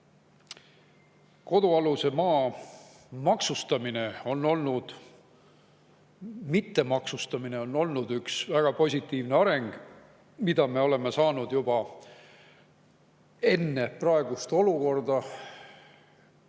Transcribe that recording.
kodualuse maa maksustamist. Kodualuse maa mittemaksustamine on olnud üks väga positiivne areng, mida me oleme saanud enne praegust olukorda